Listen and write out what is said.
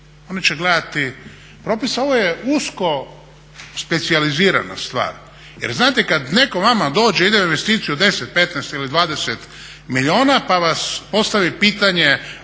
oni će gledate propise, a ovo je usko specijalizirana stvar. Jer znate kad neko vama dođe i ide u investiciju od 10, 15 ili 20 milijuna pa vam postavi pitanje